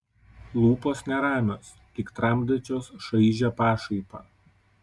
lūpos neramios lyg tramdančios šaižią pašaipą